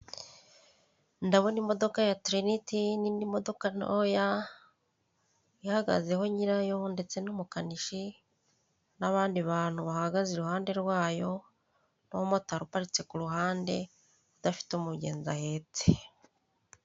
Ndabona imodoka ya tiriniti n'indi modoka ntoya ihagazeho nyirayo ndetse n'umukanishi n'abandi bantu bahagaze iruhande rwayo n'umumotari uparitse ku ruhande udafite umugenzi ahetse.